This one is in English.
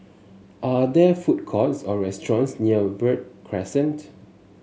are there food courts or restaurants near Verde Crescent